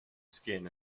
skin